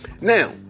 Now